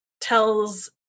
tells